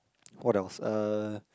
what else uh